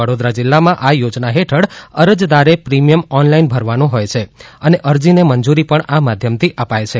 વડોદરા જીલ્લામાં આ યોજના હેઠળ અરજદારે પ્રિમિયમ ઓનલાઇન ભરવાનું હોય છે અને અરજીને મંજૂરી પણ આ માધ્યમથી અપાય છે